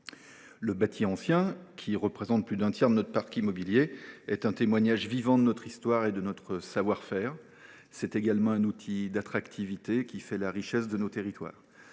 Le bâti ancien, qui représente plus d’un tiers de notre parc immobilier, est un témoignage vivant de notre histoire et de notre savoir faire. Il est également un outil d’attractivité qui fait la richesse de nos territoires